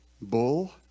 bull